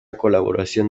colaboración